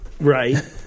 Right